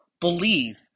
Believe